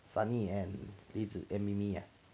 sunnee and 李紫 and mimi